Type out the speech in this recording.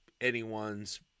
anyone's